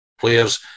players